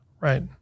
Right